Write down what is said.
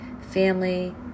family